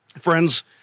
Friends